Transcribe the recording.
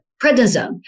prednisone